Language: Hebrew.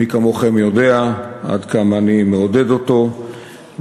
מי כמוכם יודע עד כמה אני מעודד אותו ואילו